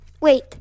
Wait